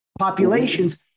populations